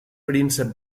príncep